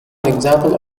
example